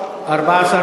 יש רשימות של הדוברים?